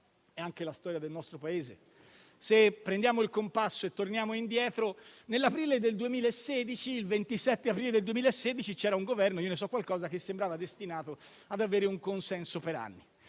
e anche quella del nostro Paese. Se prendiamo il compasso e torniamo indietro, il 27 aprile del 2016, c'era un Governo - io ne so qualcosa - che sembrava destinato ad avere consenso per anni.